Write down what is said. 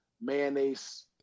mayonnaise